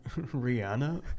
Rihanna